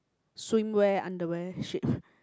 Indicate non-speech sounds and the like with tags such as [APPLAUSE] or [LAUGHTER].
swimwear underwear shit [BREATH]